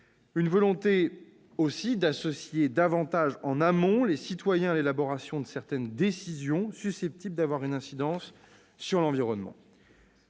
une volonté d'associer davantage, en amont, les citoyens à l'élaboration de certaines décisions susceptibles d'avoir une incidence sur l'environnement.